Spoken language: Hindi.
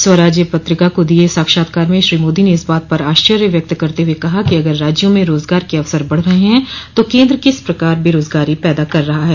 स्वराज्य पत्रिका को दिये साक्षात्कार में श्री मोदी ने इस बात पर आश्चर्य व्यक्त करते हुए कहा कि अगर राज्यों में रोजगार के अवसर बढ़ रहे हैं तो केंद्र किस प्रकार बेरोजगारी पैदा कर रहा है